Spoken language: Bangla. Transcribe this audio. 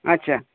আচ্ছা